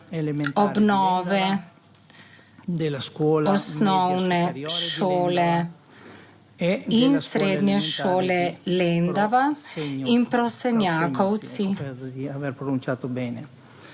obnove osnovne šole in srednje šole Lendava in Prosenjakovci